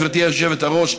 גברתי היושבת-ראש,